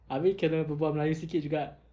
ah we kena berbual melayu sikit juga